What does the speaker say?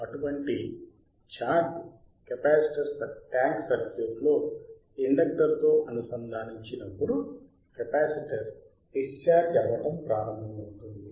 అటువంటి charged capacitor tank సర్క్యూట్లో inductor తో అనుసంధానించబడినప్పుడు కెపాసిటర్ డిశ్చార్జ్ అవ్వటం ప్రారంభమవుతుంది